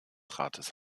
rates